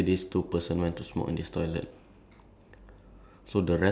like quite a lot lah ten eleven ten to fifteen people